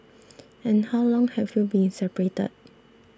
and how long have you been separated